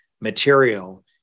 material